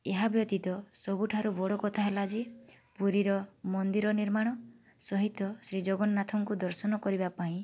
ଏହା ବ୍ୟତୀତ ସବୁଠାରୁ ବଡ଼ କଥା ହେଲା ଯେ ପୁରୀର ମନ୍ଦିର ନିର୍ମାଣ ସହିତ ଶ୍ରୀ ଜଗନ୍ନାଥଙ୍କୁ ଦର୍ଶନ କରିବା ପାଇଁ